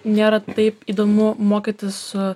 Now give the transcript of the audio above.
nėra taip įdomu mokytis su